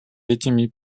этими